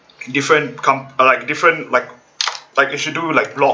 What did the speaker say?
different com~ uh like different like like they should do like blog